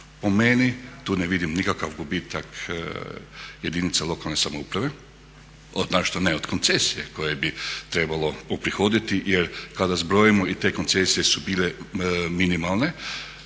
Po meni tu ne vidim nikakav gubitak jedinica lokalne samouprave, naročito ne od koncesije koje bi trebalo uprihoditi jer kada zbrojimo i te koncesije su bile minimalne,